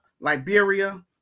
Liberia